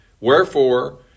Wherefore